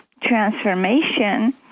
transformation